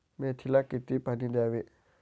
मेथीला किती पाणी द्यावे?